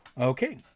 okay